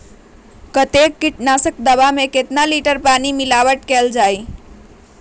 कतेक किटनाशक दवा मे कितनी लिटर पानी मिलावट किअल जाई?